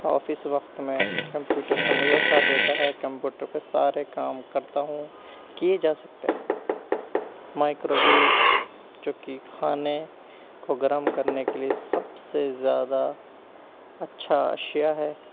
office وقت میں computer ہمیشہ ساتھ دیتا ہے کمپیوٹر پہ سارے کام کرتا ہوں کیے جا سکتے ہیں مائیکرو ویو جو کہ کھانے کو گرم کرنے کے لیے سب سے زیادہ اچھا اشیاء ہے